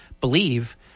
believe